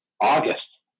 August